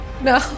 No